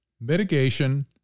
mitigation